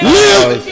Live